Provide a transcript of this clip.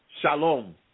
Shalom